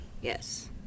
yes